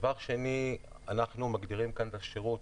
דבר שני, אנחנו מגדירים כאן את השירות.